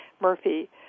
Murphy